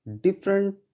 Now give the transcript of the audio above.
different